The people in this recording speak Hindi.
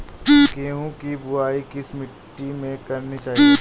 गेहूँ की बुवाई किस मिट्टी में करनी चाहिए?